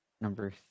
Number